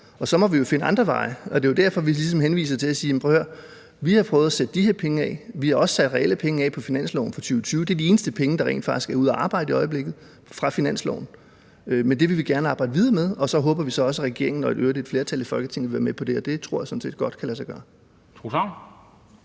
og så må vi jo finde andre veje. Det er derfor, vi siger: Prøv at høre, vi har prøvet at sætte de her penge af. Vi har også sat reelle penge af på finansloven for 2020. Det er de eneste penge på finansloven, der rent faktisk er ude at arbejde i øjeblikket. Men det vil vi gerne arbejde videre med. Og så håber vi også, at regeringen og i øvrigt et flertal i Folketinget vil være med på det – og det tror jeg sådan set godt kan lade sig gøre.